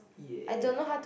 ya